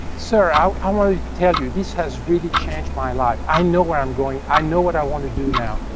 sir, i want to tell you, this has really changed my life. i know where i'm going, i know what i want to do now.